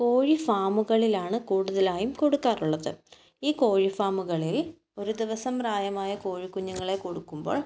കോഴി ഫാമുകളിലാണ് കൂടുതലായതും കൊടുക്കാറുള്ളത് ഈ കോഴി ഫാമുകളിൽ ഒരു ദിവസം പ്രായമായ കോഴി കുഞ്ഞുങ്ങളെ കൊടുക്കുമ്പോൾ